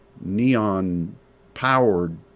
neon-powered